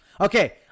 Okay